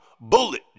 Bullet